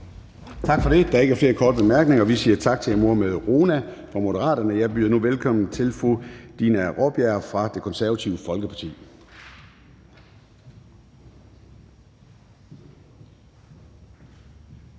Tak for det. Der er ikke flere korte bemærkninger. Vi siger tak til hr. Mohammad Rona fra Moderaterne. Jeg byder nu velkommen til fru Dina Raabjerg fra Det Konservative Folkeparti.